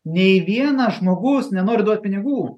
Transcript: nei vienas žmogus nenori duot pinigų